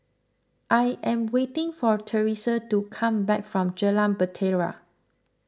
I am waiting for theresa to come back from Jalan Bahtera